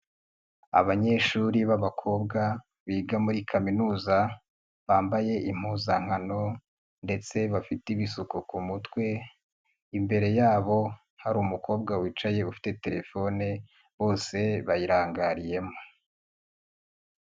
Abanyeshuri b'abakobwa biga muri kaminuza bambaye impuzankano ndetse bafite Ibisuko ku mutwe, imbere yabo hari umukobwa wicaye ufite telefone bose bayirangariyemo.